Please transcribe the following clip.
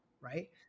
right